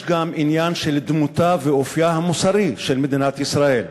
יש גם עניין של דמותה ואופייה המוסרי של מדינת ישראל.